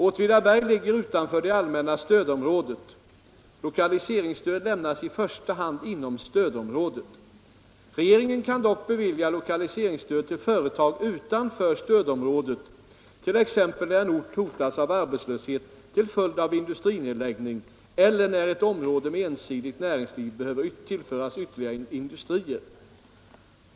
Åtvidaberg ligger utanför det allmänna stödområdet. Lokaliseringsstöd lämnas i första hand inom stödområdet. Regeringen kan dock bevilja lokaliseringsstöd till företag utanför stödområdet, t.ex. när en ort hotas av arbetslöshet till följd av industrinedläggning eller när ett område med ensidigt näringsliv behöver tillföras ytterligare industrier.